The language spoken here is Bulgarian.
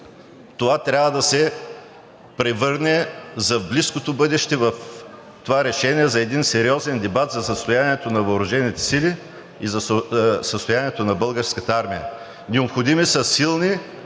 трябва да се превърне в близко бъдеще в един сериозен дебат за състоянието на въоръжените сили и състоянието на Българската армия. Необходими са силни,